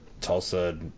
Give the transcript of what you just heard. Tulsa